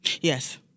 Yes